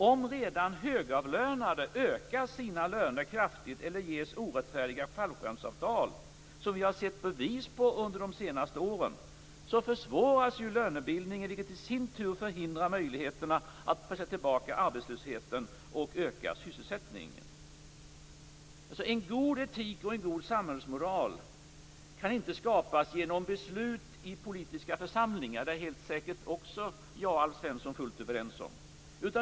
Om redan högavlönade ökar sina löner kraftigt eller ges orättfärdiga fallskärmsavtal, som vi har sett bevis på under de senaste åren, försvåras ju lönebildningen, vilket i sin tur förhindrar möjligheterna att pressa tillbaka arbetslösheten och öka sysselsättningen. En god etik och en god samhällsmoral kan inte skapas genom beslut i politiska församlingar. Det är Alf Svensson och jag säkert också helt överens om.